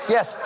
Yes